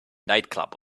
nightclub